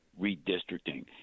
redistricting